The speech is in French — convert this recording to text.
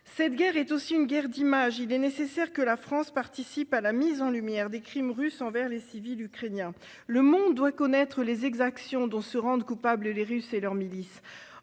Cette guerre est aussi une guerre d'image. Il est nécessaire que la France participe à la mise en lumière des crimes russes envers les civils ukrainiens. Le monde doit connaître les exactions dont se rendent coupables les Russes et leurs milices.